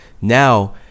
now